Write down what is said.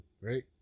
right